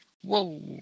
Whoa